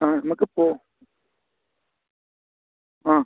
ആ നമ്മൾക്ക് പോകാം ആ